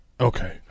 Okay